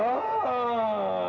oh